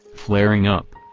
flaring up.